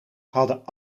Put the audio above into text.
hadden